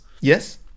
Yes